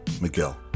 miguel